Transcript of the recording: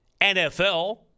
NFL